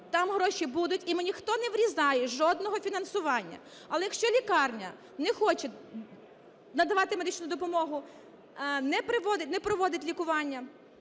там гроші будуть, їм ніхто не врізає жодного фінансування. Але якщо лікарня не хоче надавати медичну допомогу, не проводить лікування,